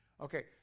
Okay